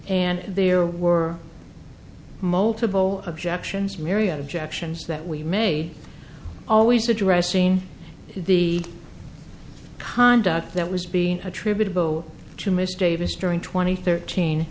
and there were multiple objections mary objections that we made always addressing the conduct that was being attributable to miss davis during twenty thirteen